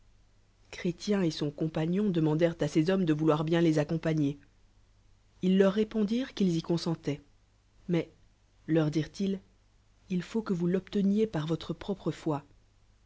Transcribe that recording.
et son cornpagtl ln demandèrent à ces hommes de vouloir bien les accompagner ils leur répondirent qu'ils y consentoieut mais leur dirent-ils il faut que vous l'ohteuiez par votre propre foi